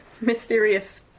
mysterious